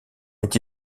est